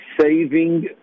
saving